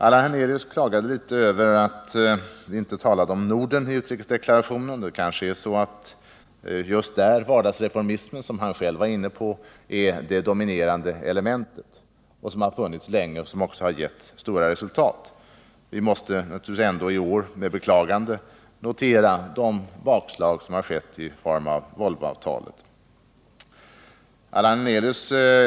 Allan Hernelius klagade litet över att vi inte talat om Norden i deklara tionen. Det kanske är så, att just vardagsreformismen, som han själv var inne på, är det dominerande elementet där, vilket har funnits länge och också gett goda resultat. Vi måste naturligtvis ändå i år med beklagande notera det bakslag som har förekommit i form av det uteblivna Volvoavtalet.